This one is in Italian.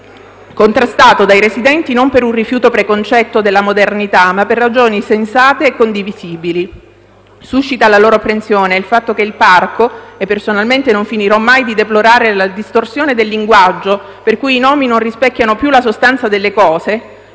contrastato dai residenti non per un rifiuto preconcetto della modernità, ma per ragioni sensate e condivisibili. Personalmente non finirò mai di deplorare la distorsione del linguaggio, per cui i nomi non rispecchiano più la sostanza delle cose: